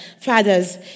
fathers